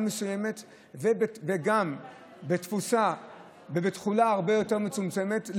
מסוימת ובתפוסה ובתכולה הרבה יותר מצומצמות,